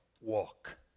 walk